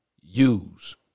use